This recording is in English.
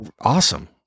awesome